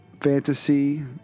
fantasy